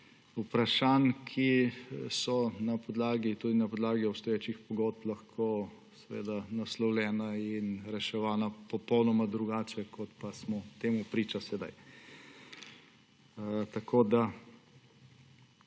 vprašanj, ki so tudi na podlagi obstoječih pogodb lahko naslovljena in reševana popolnoma drugače, kot smo temu priča sedaj. Skušali